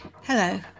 Hello